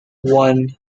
one